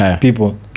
people